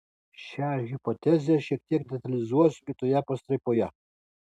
šią hipotezę šiek tiek detalizuosiu kitoje pastraipoje